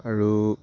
আৰু